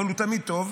אבל הוא תמיד טוב.